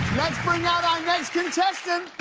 bring out our next contestant!